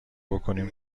بکنیم